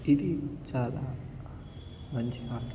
ఇది చాలా మంచి ఆట